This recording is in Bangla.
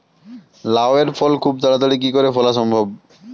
লাউ এর ফল খুব তাড়াতাড়ি কি করে ফলা সম্ভব?